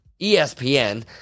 ESPN